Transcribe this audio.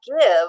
give